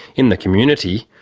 in the community,